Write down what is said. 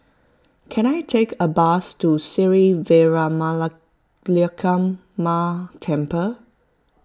can I take a bus to Sri Veeramakaliamman Temple